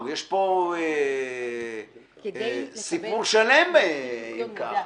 יש פה סיפור שלם אם ככה.